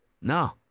No